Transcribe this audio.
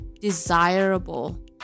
desirable